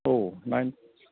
औ नाइन